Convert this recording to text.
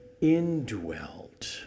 indwelt